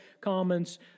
comments